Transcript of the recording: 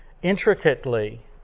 intricately